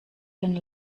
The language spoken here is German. den